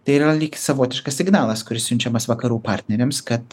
tai yra lyg savotiškas signalas kuris siunčiamas vakarų partneriams kad